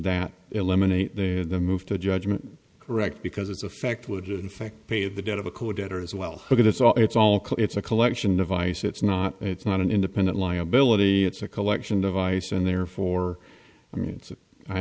that eliminate the move to judgment correct because its effect would in fact pay the debt of a code debtor as well because it's all it's all cool it's a collection of vice it's not it's not an independent liability it's a collection device and therefore i mean i